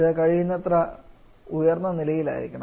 ഇത് കഴിയുന്നത്ര ഉയർന്ന നിലയിലായിരിക്കണം